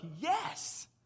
yes